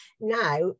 now